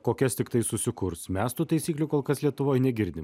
kokias tiktai susikurs mes tų taisyklių kol kas lietuvoj negirdim